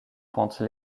pente